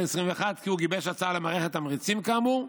2021 כי הוא גיבש הצעה למערכת תמריצים כאמור,